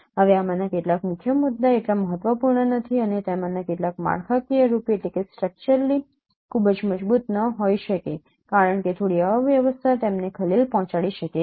હવે આમાંના કેટલાક મુખ્ય મુદ્દા એટલા મહત્વપૂર્ણ નથી અને તેમાંના કેટલાક માળખાકીયરૂપે ખૂબ જ મજબૂત ન હોઈ શકે કારણ કે થોડી અવ્યવસ્થા તેમને ખલેલ પહોંચાડી શકે છે